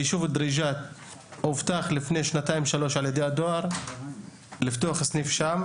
ביישוב דריג'את הובטח לפני שנתיים-שלוש על ידי הדואר לפתוח סניף שם,